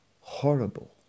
horrible